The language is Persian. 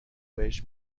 بهش